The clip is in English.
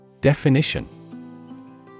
Definition